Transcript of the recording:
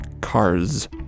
Cars